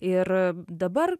ir dabar